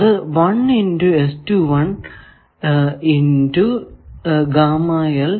അത് 1 into into into ആണ്